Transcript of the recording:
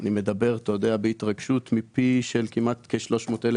אני מדבר בהתרגשות מפיהם של כמעט כ-300,000